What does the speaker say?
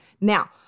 Now